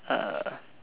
err